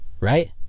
Right